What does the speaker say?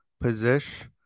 position